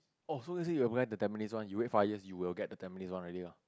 !oh! so is it you apply the Tampines one you wait five years you will get the Tampines one already loh